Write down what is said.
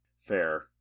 Fair